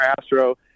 Astro